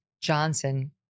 Johnson